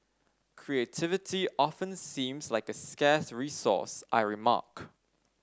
creativity often seems like a scarce resource I remark